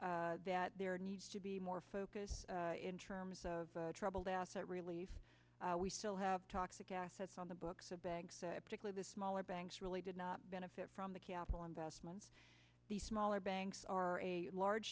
that there needs to be more focus in terms of troubled asset relief we still have toxic assets on the books of banks particularly the smaller banks really did not benefit from the capital investments the smaller banks are a large